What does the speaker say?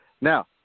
Now